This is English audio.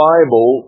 Bible